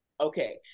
Okay